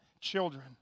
children